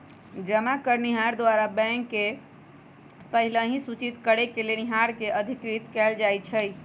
जमा करनिहार द्वारा बैंक के पहिलहि सूचित करेके लेनिहार के अधिकृत कएल जाइ छइ